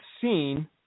seen